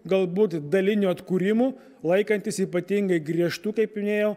galbūt daliniu atkūrimu laikantis ypatingai griežtų kaip minėjau